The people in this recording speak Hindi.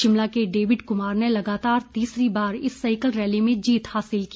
शिमला के डेविड कुमार ने लगातार तीसरी बार इस साइकिल रैली में जीत हासिल की